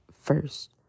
first